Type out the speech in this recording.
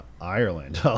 Ireland